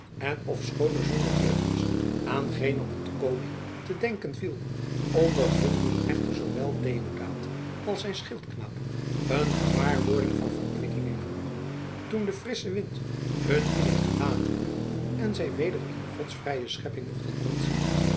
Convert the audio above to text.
en ofschoon er zonder vleugels aan geene ontkoming te denken viel ondervonden echter zoowel deodaat als zijn schildknaap een gewaarwording van verkwikking en genoegen toen de frissche wind hun in t gelaat woei en zij weder in gods vrije schepping mochten